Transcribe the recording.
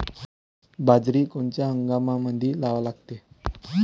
बाजरी कोनच्या हंगामामंदी लावा लागते?